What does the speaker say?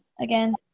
again